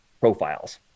profiles